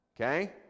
Okay